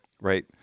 right